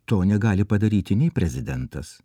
to negali padaryti nei prezidentas